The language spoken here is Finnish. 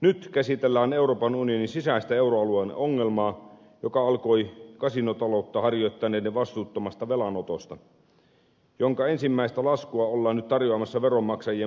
nyt käsitellään euroopan unionin sisäistä euroalueen ongelmaa joka alkoi kasinotaloutta harjoittaneiden vastuuttomasta velanotosta jonka ensimmäistä laskua ollaan nyt tarjoamassa veronmaksajien maksettavaksi